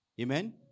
Amen